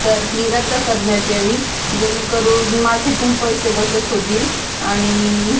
तर ती रद्द करण्यात यावी जेणे करून माझे पण पैसे बचत होतील आणि